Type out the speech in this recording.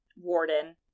Warden